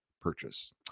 purchase